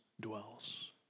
dwells